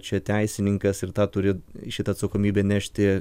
čia teisininkas ir tą turi šitą atsakomybę nešti